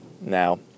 now